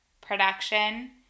production